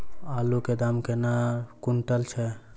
आलु केँ दाम केना कुनटल छैय?